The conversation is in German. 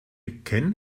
ken